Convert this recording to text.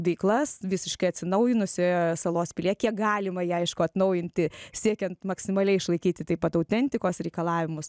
veiklas visiškai atsinaujinusioje salos priekyje galima ją aišku atnaujinti siekiant maksimaliai išlaikyti taip pat autentikos reikalavimus